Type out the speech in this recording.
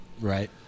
Right